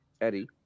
Eddie